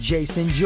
Jason